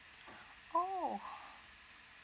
oh